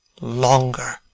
longer